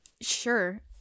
Sure